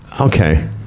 okay